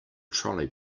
trolley